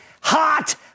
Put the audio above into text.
hot